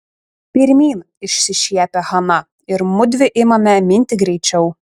pirmyn išsišiepia hana ir mudvi imame minti greičiau